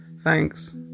Thanks